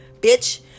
bitch